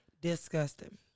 Disgusting